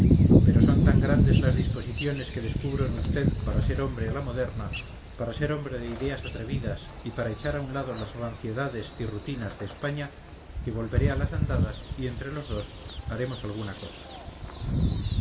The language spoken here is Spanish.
pero son tan grandes las disposiciones que descubro en vd para ser hombre a la moderna para ser hombre de ideas atrevidas y para echar a un lado las ranciedades y rutinas de españa que volveré a las andadas y entre los dos haremos alguna cosa